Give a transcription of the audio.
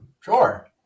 Sure